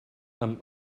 amb